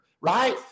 right